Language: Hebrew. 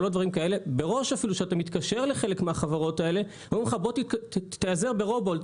מראש כשאתה מתקשר לחלק מהחברות האלה אומרים לך להיעזר ברובוהולד,